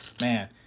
man